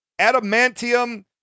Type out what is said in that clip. adamantium